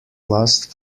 lust